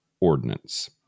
ordinance